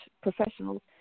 professionals